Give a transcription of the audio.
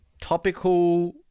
topical